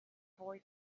boy